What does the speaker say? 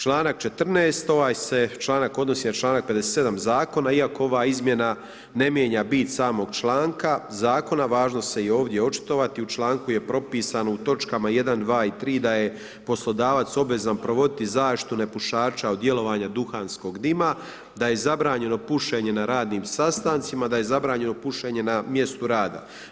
Članak 14. ovaj se članak odnosi na čl. 57. zakona iako ova izmjena ne mijenja bit samoga članka zakona, važno se i ovdje očitovati, u članku je propisano u točkama 1., 2. i 3. da je poslodavac obvezan provoditi zaštitu nepušača od djelovanja duhanskog dima, da je zabranjeno pušenje na radnim sastancima, da je zabranjeno pušenje na mjestu rada.